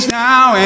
now